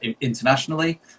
internationally